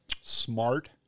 smart